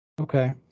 Okay